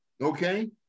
okay